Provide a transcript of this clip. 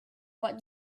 what